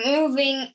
Moving